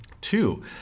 two